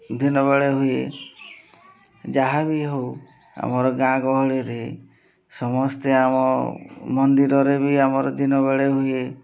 ଦିନବେଳେ ହୁଏ ଯାହାବି ହେଉ ଆମର ଗାଁ ଗହଳିରେ ସମସ୍ତେ ଆମ ମନ୍ଦିରରେ ବି ଆମର ଦିନବେଳେ ହୁଏ